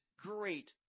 great